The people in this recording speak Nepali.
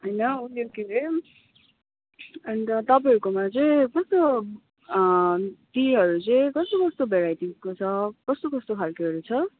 होइन उयो के अरे अन्त तपाईँहरूकोमा चाहिँ कस्तो टीहरू चाहिँ कस्तो कस्तो भेराइटीको छ कस्तो कस्तो खालकेहरू छ